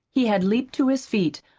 he had leaped to his feet,